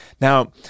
Now